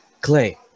Clay